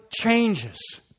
changes